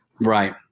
Right